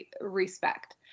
respect